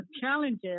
Challenges